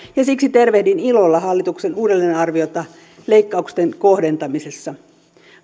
ja siksi tervehdin ilolla hallituksen uudelleenarviota leikkausten kohdentamisessa